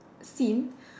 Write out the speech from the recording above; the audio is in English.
scene